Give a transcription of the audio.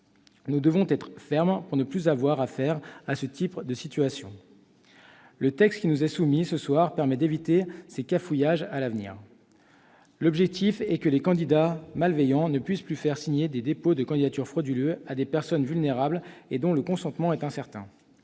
Nous devons être fermes pour ne plus avoir affaire à ce type de situation. Le texte qui nous est soumis ce soir permet d'éviter ces cafouillages à l'avenir. L'objectif est que des candidats malveillants ne puissent plus faire signer des dépôts de candidature frauduleux à des personnes vulnérables et dont le consentement est incertain.